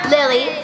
Lily